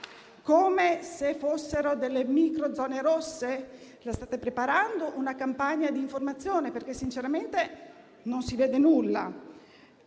come se fossero delle microzone rosse. State preparando una campagna di informazione? Sinceramente non si vede nulla.